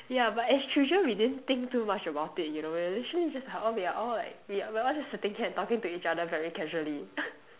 yeah but as children we didn't think too much about it you know we were literally just like oh we are all like we are all just sitting here and talking to each other very casually